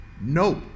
Nope